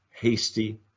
hasty